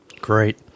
Great